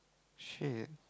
shit